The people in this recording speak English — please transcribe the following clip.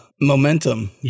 momentum